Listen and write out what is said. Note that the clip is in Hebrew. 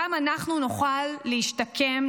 גם אנחנו נוכל להשתקם,